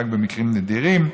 רק במקרים נדירים,